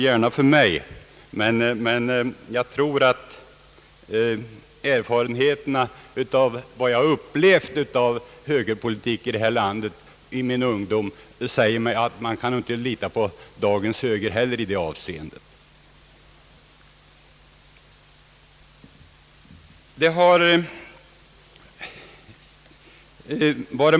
Gärna för mig, erfarenheterna av vad jag upplevt av högerpolitik i detta land i min ungdom säger mig att man inte heller kan lita på dagens höger i det avseendet.